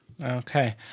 Okay